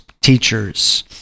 teachers